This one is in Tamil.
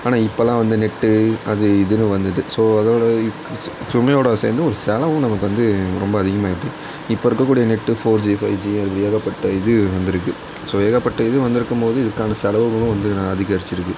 ஆனால் இப்பெலாம் வந்து நெட் அது இதுன்னு வந்தது ஸோ அதோடய சுமையோடு சேர்ந்து ஒரு செலவும் நமக்கு வந்து ரொம்ப அதிகமாயிட்டு இப்போது இருக்கக்கூடிய நெட் ஃபோர்ஜி ஃபைவ்ஜி அதுக்கு ஏகப்பட்ட இது வந்திருக்கு ஸோ ஏகப்பட்ட இது வந்திருக்கும்போது இதுக்கான செலவுகளும் வந்து நா அதிகரித்திருக்கு